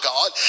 God